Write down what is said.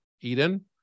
Eden